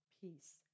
Peace